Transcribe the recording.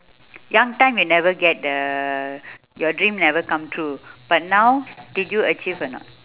young time you never get the your dream never come true but now did you achieve or not